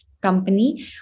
company